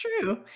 true